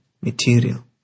material